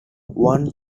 one